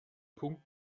punkt